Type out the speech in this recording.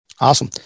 Awesome